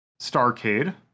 Starcade